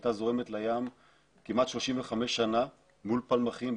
שהייתה זורמת לים כמעט 35 שנה מול פלמחים,